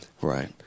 Right